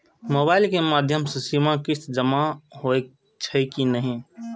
Mobile के माध्यम से सीमा किस्त जमा होई छै कि नहिं?